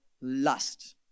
lust